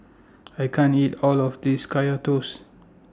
I can't eat All of This Kaya Toast